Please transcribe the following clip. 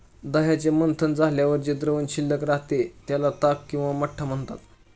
दह्याचे मंथन झाल्यावर जे द्रावण शिल्लक राहते, त्याला ताक किंवा मठ्ठा म्हणतात